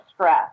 stress